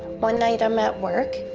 one night i'm at work,